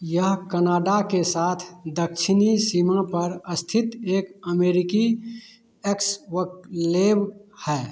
यह कनाडा के साथ दक्षिणी सीमा पर स्थित एक अमेरिकी एक्सक्लेव है